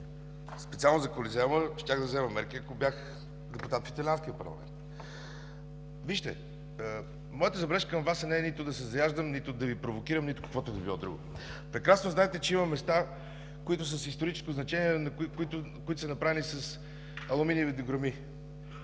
специално за Колизеума, щях да взема мерки, ако бях депутат в Италианския парламент. Вижте, моята забележка към Вас не е нито да се заяждам, нито да Ви провокирам, нито каквото и да било друго. Прекрасно знаете, че има места, които са с историческо значение и които са направени с алуминиеви дограми,